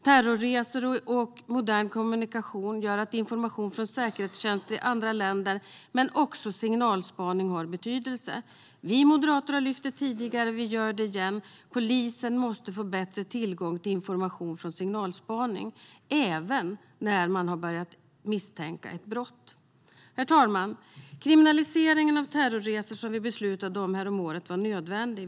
Terrorresor och modern kommunikation gör att information från säkerhetstjänster i andra länder, men också från signalspaning, har betydelse. Vi moderater har lyft frågan tidigare, och vi gör det igen. Polisen måste få bättre tillgång till information från signalspaning även när man har börjat att misstänka ett brott. Herr talman! Kriminaliseringen av terrorresor som vi beslutade om häromåret var nödvändig.